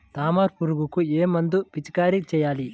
తామర పురుగుకు ఏ మందు పిచికారీ చేయాలి?